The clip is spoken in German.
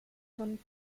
von